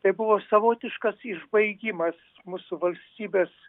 tai buvo savotiškas išbaigimas mūsų valstybės